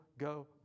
Go